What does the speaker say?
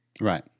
Right